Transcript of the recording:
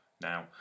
now